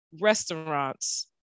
restaurants